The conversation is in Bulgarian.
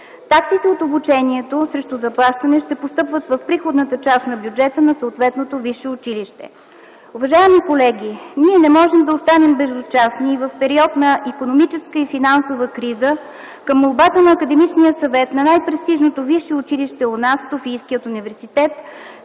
Таксите от обучението срещу заплащане ще постъпват в приходната част на бюджета на съответното висше училище. Уважаеми колеги, ние не можем да останем безучастни в период на икономическа и финансова криза към молбата на Академичния съвет на най-престижното висше училище у нас – Софийският университет,